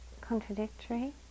contradictory